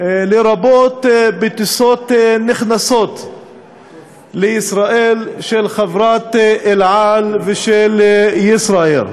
לרבות בטיסות נכנסות לישראל של חברת "אל על" ושל "ישראייר".